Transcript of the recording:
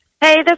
Hey